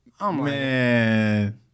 man